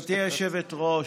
גברתי היושבת-ראש,